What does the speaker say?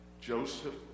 Joseph